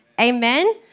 Amen